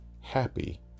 happy